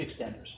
extenders